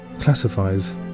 classifies